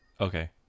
Okay